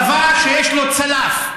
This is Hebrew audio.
כי צבא שיש לו צלף בושה.